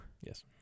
Yes